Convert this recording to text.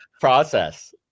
process